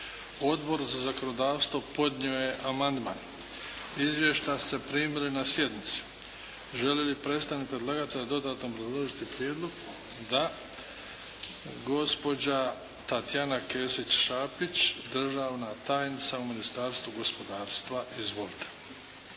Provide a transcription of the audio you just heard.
Odbor za zakonodavstvo podnio je amandman. Izvješća ste primili na sjednici. Želi li predstavnik predlagatelja dodatno obrazložiti prijedlog? Da. Gospođa Tatjana Kesić-Šapić, državna tajnica u Ministarstvu gospodarstva. Izvolite.